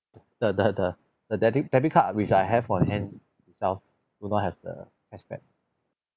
the the the the debit debit card which I have on hand now do not have the cashback